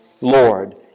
Lord